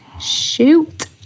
Shoot